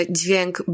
dźwięk